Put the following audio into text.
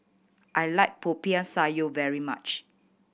I like Popiah Sayur very much